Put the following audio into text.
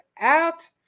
out